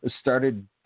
started